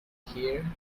here